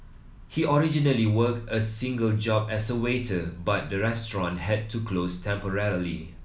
he originally work a single job as a waiter but the restaurant had to close temporarily